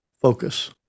focus